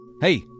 Hey